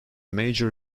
major